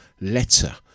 letter